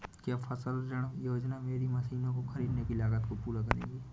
क्या फसल ऋण योजना मेरी मशीनों को ख़रीदने की लागत को पूरा करेगी?